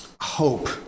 hope